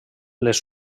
les